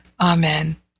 Amen